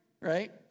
Right